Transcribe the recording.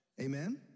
Amen